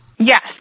Yes